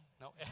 No